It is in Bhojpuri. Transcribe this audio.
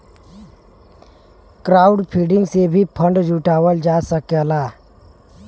क्राउडफंडिंग से भी फंड जुटावल जा सकला